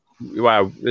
Wow